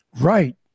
Right